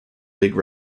league